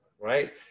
right